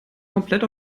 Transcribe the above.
komplett